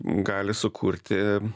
gali sukurti